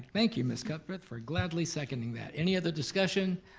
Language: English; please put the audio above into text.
thank you, miss cuthbert, for gladly seconding that, any other discussion?